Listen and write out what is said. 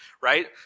right